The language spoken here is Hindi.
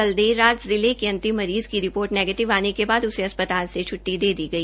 कल देर रात जिले के अंतिम मरीज़ की रिपोर्ट नेगीटिव आने के बाद उसे अस्पातल से छुटटी दे दी गई